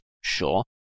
sure